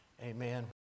Amen